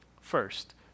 First